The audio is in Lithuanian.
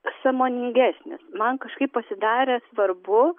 sąmoningesnis man kažkaip pasidarė svarbu